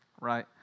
right